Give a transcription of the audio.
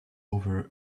over